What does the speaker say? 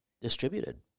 distributed